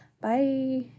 Bye